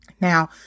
Now